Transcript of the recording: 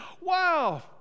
wow